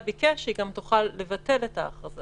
במשפחה-שתיים שמקפיצות את זה או שמדובר בהרבה משפחות.